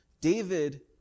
David